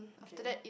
after that